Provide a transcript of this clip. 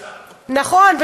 נכון,